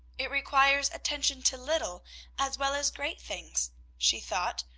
it requires attention to little as well as great things she thought,